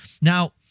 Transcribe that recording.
Now